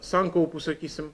sankaupų sakysim